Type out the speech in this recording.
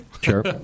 Sure